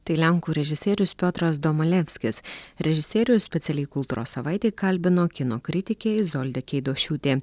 tai lenkų režisierius piotras domalevskis režisierius specialiai kultūros savaitė kalbino kino kritikė izolda keidošiūtė